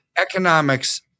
economics